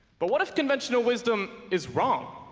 but what if conventional wisdom is wrong?